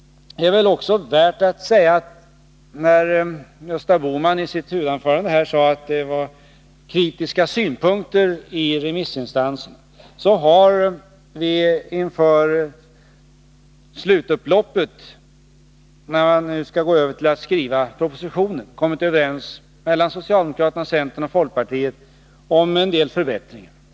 Gösta Bohman sade i sitt huvudanförande att det anförts kritiska synpunkter av remissinstanser. Det är väl då värt att säga att inför slutupploppet, när vi nu skall gå över till att skriva propositionen, har man kommit överens mellan socialdemokraterna, centern och folkpartiet om en del förbättringar.